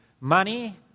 Money